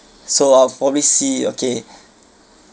so I'll probably see okay